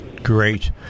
Great